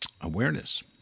awareness